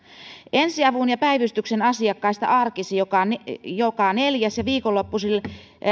ensiavun ja päivystyksen asiakkaista arkisin joka neljäs ja viikonloppuisin